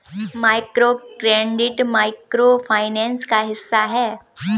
microcredit micro finance का हिस्सा है